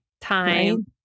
time